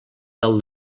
del